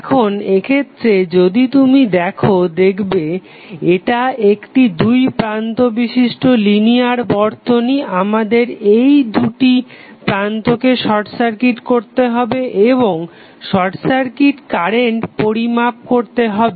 এখন এক্ষেত্রে যদি তুমি দেখো দেখবে এটা একটি দুই প্রান্ত বিশিষ্ট লিনিয়ার বর্তনী আমাদের এই দুটি প্রান্তকে শর্ট সার্কিট করতে হবে এবং শর্ট সার্কিট কারেন্ট পরিমাপ করতে হবে